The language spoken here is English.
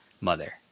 mother